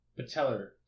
patellar